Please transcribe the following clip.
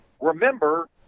Remember